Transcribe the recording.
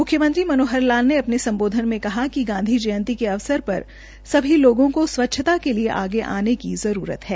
म्ख्यमंत्री मनोहर लाल ने अपने सम्बोधन में कहा कि गांधी जयंती के अवसर पर सभी लोगों को स्वच्छता के लिए आगे आने की जरूरत है